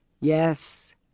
yes